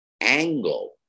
angle